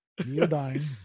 Neodyne